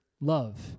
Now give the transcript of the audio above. love